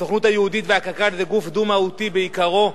הסוכנות היהודית והקק"ל זה גוף דו-מהותי בעיקרו,